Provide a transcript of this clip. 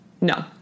No